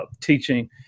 teaching